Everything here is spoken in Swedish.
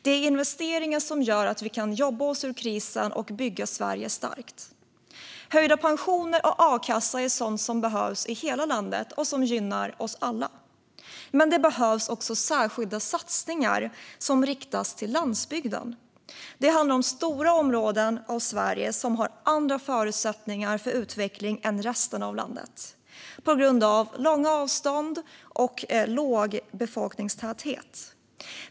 Det är investeringar som gör att vi kan jobba oss ur krisen och bygga Sverige starkt. Höjda pensioner och a-kassa är sådant som behövs i hela landet och som gynnar oss alla. Men det behövs också särskilda satsningar som riktas till landsbygden. Stora områden av Sverige har på grund av långa avstånd och låg befolkningstäthet andra förutsättningar för utveckling än resten av landet.